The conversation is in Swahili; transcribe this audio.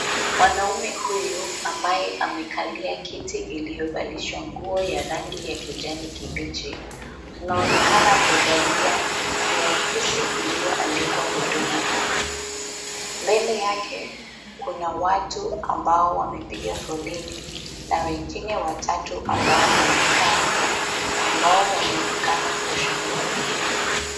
Mwanamume huyu ambaye amekalia kiti iliyovalishwa nguo ya rangi ya kijani kibichi, anaonekana kuvalia kiakisi iliyoandikwa huduma namba. Mbele yake, kuna watu ambao wamepiga foleni na wengine watatu ambao wamekaa, ambao wanaonekana kushughulikiwa.